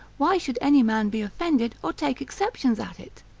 why should any man be offended, or take exceptions at it?